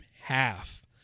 half